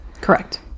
correct